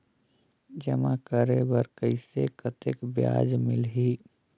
जमा करे बर कइसे कतेक ब्याज मिलही?